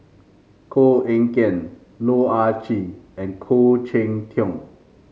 Koh Eng Kian Loh Ah Chee and Khoo Cheng Tiong